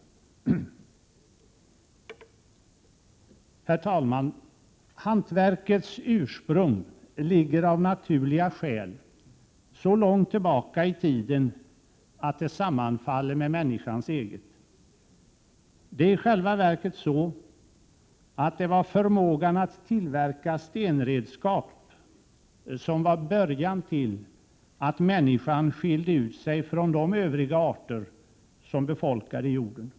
Herr talman! Hantverkets ursprung ligger av naturliga skäl så långt tillbaka i tiden att det sammanfaller med människans eget. Det är i själva verket så, att det var förmågan att tillverka stenredskap som var början till att människan skilde ut sig från de övriga arter som befolkade jorden.